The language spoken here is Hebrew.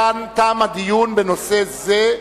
תם הדיון בנושא זה.